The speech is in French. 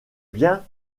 bien